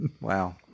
Wow